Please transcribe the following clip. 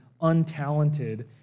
untalented